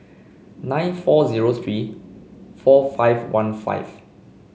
nine four zero three four five one five